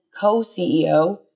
co-CEO